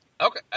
Okay